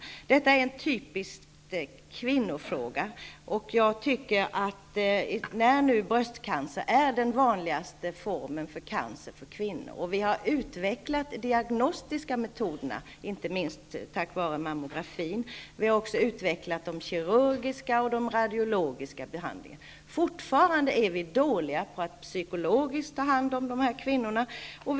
Denna fråga är en typisk kvinnofråga och bröstcancer är den vanligaste formen av cancer hos kvinnor. Trots att diagnostiska metoder har utvecklats, inte minst tack vare mammografin, och trots att kirurgiska och radiologiska behandlingar har utvecklats är vi fortfarande dåliga på att ta hand om dessa kvinnor psykologiskt.